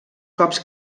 cops